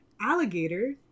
alligator